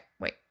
wait